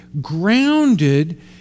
grounded